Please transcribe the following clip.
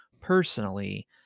personally